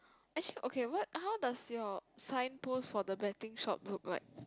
actually okay what how does your sign post for the betting shop look like